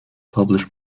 publish